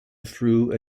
through